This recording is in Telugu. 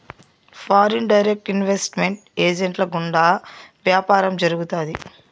ఫారిన్ డైరెక్ట్ ఇన్వెస్ట్ మెంట్ ఏజెంట్ల గుండా వ్యాపారం జరుగుతాది